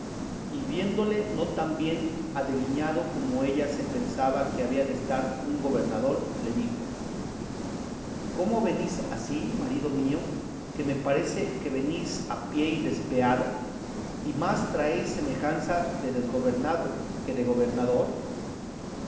y viéndole no tan bien adeliñado como ella se pensaba que había de estar un gobernador le dijo cómo venís así marido mío que me parece que venís a pie y despeado y más traéis semejanza de desgobernado que de gobernador